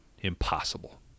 Impossible